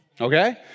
Okay